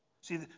See